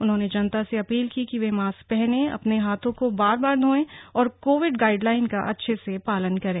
उन्होंने जनता से अपील की कि वे मास्क पहनें अपने हाथों को बार बार धोंए और कोविड गाइडलाइन का अच्छे से पालन करें